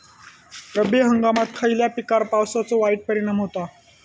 रब्बी हंगामात खयल्या पिकार पावसाचो वाईट परिणाम होता?